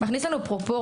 הוא מכניס לנו פרופורציה.